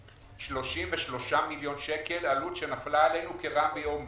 33 מיליון שקלים עלות שנפלה עלינו כרעם ביום בהיר.